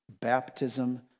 baptism